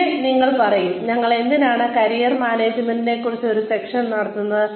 പിന്നെ നിങ്ങൾ പറയും ഞങ്ങൾ എന്തിനാണ് കരിയർ മാനേജ്മെന്റിനെക്കുറിച്ച് ഒരു സെഷൻ നടത്തുന്നത്